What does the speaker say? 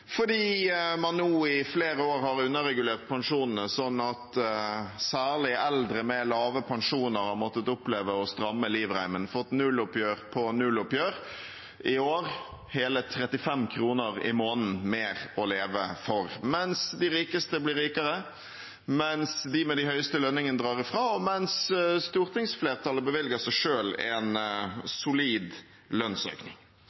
fordi det er altfor ubehagelig, særlig for Fremskrittspartiet, å ha den typen åpen og grundig behandling av trygdeoppgjøret. Man har nå i flere år underregulert pensjonene, sånn at særlig eldre med lave pensjoner har opplevd å måtte stramme inn livreimen, få nulloppgjør på nulloppgjør, i år hele 35 kr mer å leve for i måneden – mens de rikeste blir rikere, mens de med de høyeste lønningene drar fra,